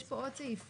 יש פה עוד סעיפים,